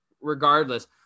regardless